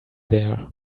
there